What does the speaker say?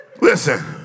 Listen